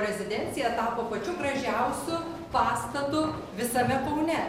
rezidencija tapo pačiu gražiausiu pastatu visame kaune